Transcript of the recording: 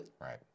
Right